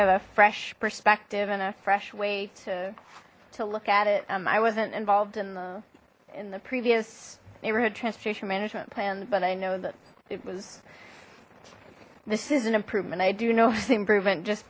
of a fresh perspective and a fresh way to to look at it i wasn't involved in the in the previous neighborhood transportation management plan but i know that it was this is an improvement i do